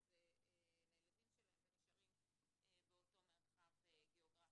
זה לילדים שלהם ונשארים באותו מרחב גיאוגרפי.